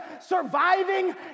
surviving